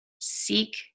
seek